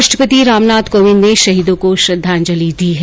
राष्ट्रपति रामनाथ कोविंद ने शहीदों को श्रद्धांजलि दी है